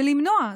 ולמנוע.